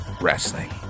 wrestling